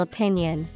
Opinion